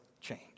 change